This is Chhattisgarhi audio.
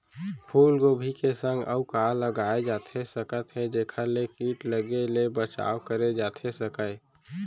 फूलगोभी के संग अऊ का लगाए जाथे सकत हे जेखर ले किट लगे ले बचाव करे जाथे सकय?